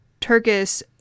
Turkish